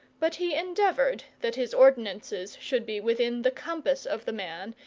but he endeavoured that his ordinances should be within the compass of the man,